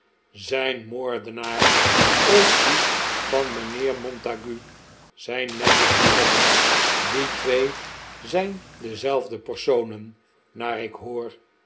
zijn moordenaar of dien van mijnheer montague zei nadgett hierop die twee zijn dezelfde personen naar ik hoor